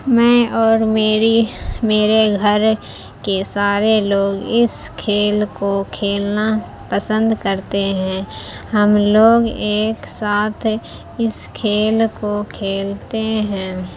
میں اور میری میرے گھر کے سارے لوگ اس کھیل کو کھیلنا پسند کرتے ہیں ہم لوگ ایک ساتھ اس کھیل کو کھیلتے ہیں